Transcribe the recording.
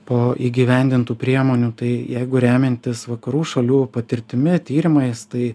po įgyvendintų priemonių tai jeigu remiantis vakarų šalių patirtimi tyrimais tai